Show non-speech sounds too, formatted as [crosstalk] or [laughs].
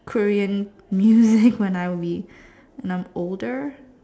Korean music [laughs] when I will be when I am older